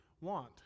want